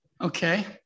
Okay